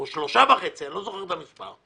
או 3.5 מיליון, אני לא זוכר את המספר.